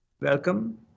welcome